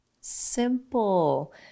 simple